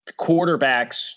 quarterbacks